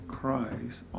Christ